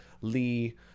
Lee